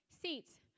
seats